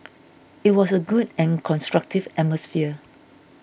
it was a good and constructive atmosphere